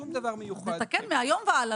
שום דבר מיוחד --- אז נתקן מהיום והלאה,